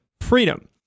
freedom